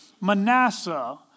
Manasseh